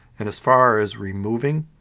and as far as removing?